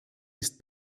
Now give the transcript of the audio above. ist